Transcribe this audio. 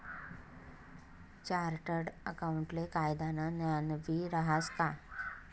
chartered अकाऊंटले कायदानं ज्ञानबी रहास का